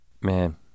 Man